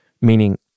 Meaning